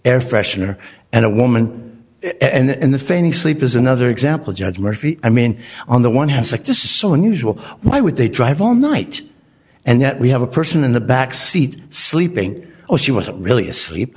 air freshener and a woman and the feigning sleep is another example judge murphy i mean on the one hand psych this is so unusual why would they drive all night and yet we have a person in the back seat sleeping or she wasn't really asleep